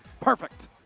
Perfect